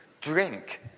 drink